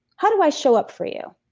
how do i show up for you?